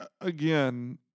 again